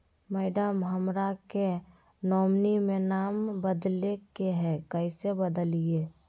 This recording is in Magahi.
मैडम, हमरा के नॉमिनी में नाम बदले के हैं, कैसे बदलिए